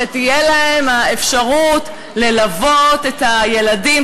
שתהיה להם האפשרות ללוות את הילדים,